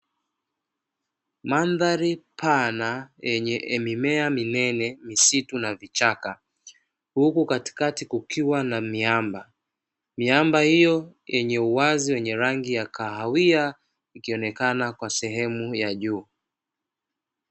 Mandhari pana yenye mimea minene, misitu na vichaka. Huku katikati kukiwa na miamba. Miamba hiyo yenye uwazi yenye rangi ya kahawia ikionekana kwa sehemu ya juu.